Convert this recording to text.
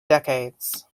decades